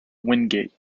wingate